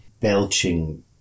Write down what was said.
belching